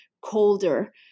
colder